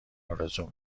آرزو